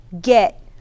get